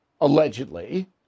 allegedly